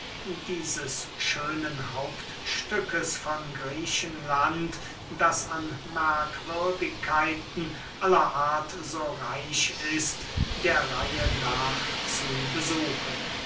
dieses schönen hauptstückes von griechenland das an merkwürdigkeiten aller art so reich ist der reihe nach zu besuchen